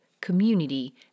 community